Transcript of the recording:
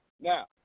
Now